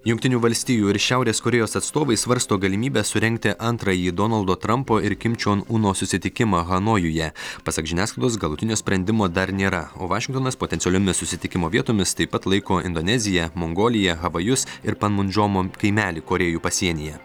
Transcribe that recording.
jungtinių valstijų ir šiaurės korėjos atstovai svarsto galimybę surengti antrąjį donaldo trampo ir kim čion uno susitikimą hanojuje pasak žiniasklaidos galutinio sprendimo dar nėra o vašingtonas potencialiomis susitikimo vietomis taip pat laiko indoneziją mongoliją havajus ir pamundžomon kaimelį korėjų pasienyje